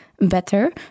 Better